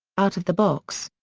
out of the box.